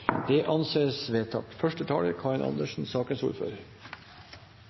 Det anses vedtatt. Første taler er representanten Geir Sigbjørn Toskedal, som får ordet på vegne av sakens ordfører,